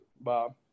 Bob